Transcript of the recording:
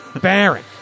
Baron